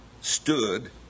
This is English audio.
stood